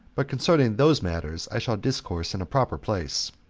but concerning those matters i shall discourse in a proper place.